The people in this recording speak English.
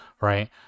Right